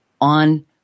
on